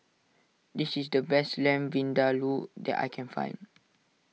this is the best Lamb Vindaloo that I can find